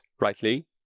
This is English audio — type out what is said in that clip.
rightly